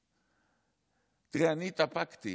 תראי, אני התאפקתי